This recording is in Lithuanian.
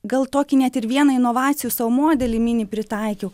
gal tokį net ir vieną inovacijų sau modelį mini pritaikiau